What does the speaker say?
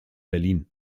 berlin